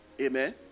Amen